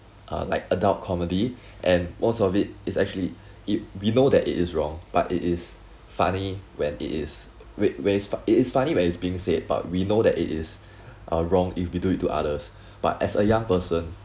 uh like adult comedy and most of it is actually if we know that it is wrong but it is funny when it is wed~ when's it it's funny when it's been said but we know that it is uh wrong if you do it to others but as a young person